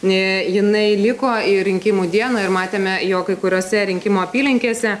inai liko ir rinkimų dieną ir matėme jog kai kuriose rinkimų apylinkėse